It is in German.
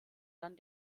dann